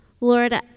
Lord